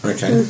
Okay